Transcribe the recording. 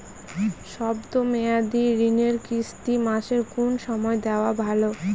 শব্দ মেয়াদি ঋণের কিস্তি মাসের কোন সময় দেওয়া ভালো?